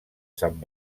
sant